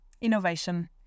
Innovation